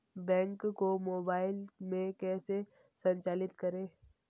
Bank को mobile में कैसे संचालित करें?